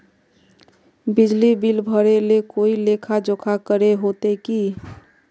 बिजली बिल भरे ले कोई लेखा जोखा करे होते की?